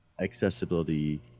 accessibility